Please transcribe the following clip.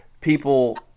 people